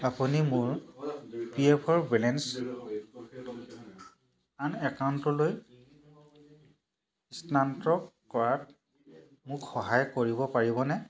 আপুনি মোৰ P F balance আন একাউণ্টলৈ স্থানান্তৰ কৰাত মোক সহায় কৰিব পাৰিবনে